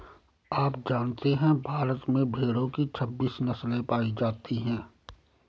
आप जानते है भारत में भेड़ो की छब्बीस नस्ले पायी जाती है